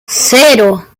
cero